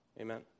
Amen